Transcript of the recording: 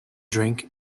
drink